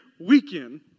weekend